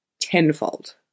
tenfold